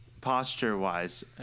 Posture-wise